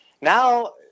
Now